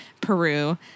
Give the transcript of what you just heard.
Peru